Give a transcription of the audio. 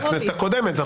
בכנסת הקודמת.